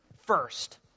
first